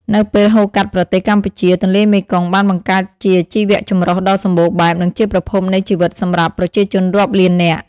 នៅពេលហូរកាត់ប្រទេសកម្ពុជា ទន្លេមេគង្គបានបង្កើតជាជីវចម្រុះដ៏សម្បូរបែប និងជាប្រភពនៃជីវិតសម្រាប់ប្រជាជនរាប់លាននាក់។